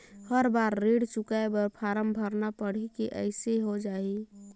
हर बार ऋण चुकाय बर फारम भरना पड़ही की अइसने हो जहीं?